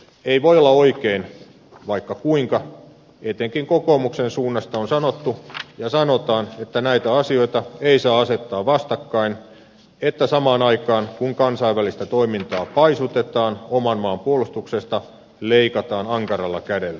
ei voi olla oikein vaikka kuinka etenkin kokoomuksen suunnasta on sanottu ja sanotaan että näitä asioita ei saa asettaa vastakkain että samaan aikaan kun kansainvälistä toimintaa paisutetaan oman maan puolustuksesta leikataan ankaralla kädellä